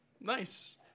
Nice